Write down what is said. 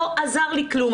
לא עזרו לי כלום,